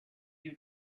you